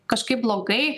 kažkaip blogai